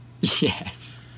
yes